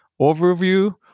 overview